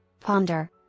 Ponder